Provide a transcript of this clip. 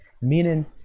meaning